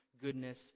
goodness